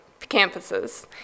campuses